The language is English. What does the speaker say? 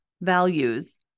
values